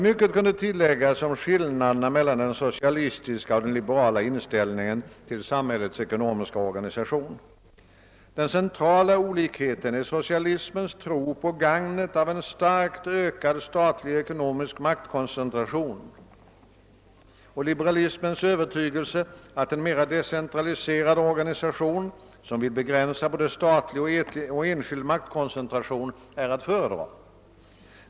Mycket kunde tilläggas om skillnaderna mellan den socialistiska och den liberala inställningen till samhällets ekonomiska organisation. Den centrala olikheten är socialismens tro på gagnet av en starkt ökad statlig ekonomisk maktkoncentration och liberalismens övertygelse att en mera decentraliserad organisation, som vill begränsa både statlig och enskild maktkoncentration, är att föredra.